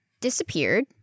disappeared